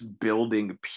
building